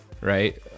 right